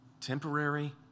Temporary